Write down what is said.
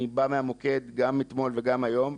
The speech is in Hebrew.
אני בא מהמוקד, גם אתמול וגם היום,